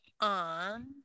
on